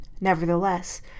Nevertheless